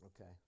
Okay